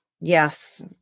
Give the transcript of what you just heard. Yes